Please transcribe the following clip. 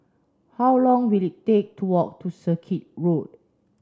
how long will it take to walk to Circuit Road